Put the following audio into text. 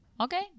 okay